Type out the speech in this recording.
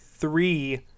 three